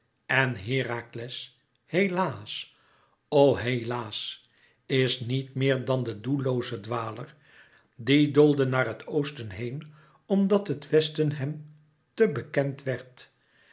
en herakles helaas o helaas is niet meer dan de doellooze dwaler die doolde naar het oosten heen omdat het westen hem te bekend werd